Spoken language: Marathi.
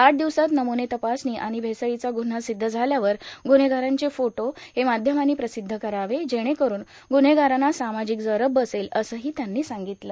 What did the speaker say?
आठ दिवसात नमुने तपासणी आणि भेसळीचा ग्रन्हा सिध्द झाल्यावर ग्रुव्हेगारांचे फोटो हे माध्यमांनी प्रसीध्द करावे जेणेकरून ग्रुव्हेगारांना सामाजिक जरब बसेल असंही त्यांनी सांगीतलं